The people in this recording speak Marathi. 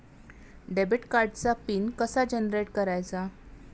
डेबिट कार्डचा पिन कसा जनरेट करायचा?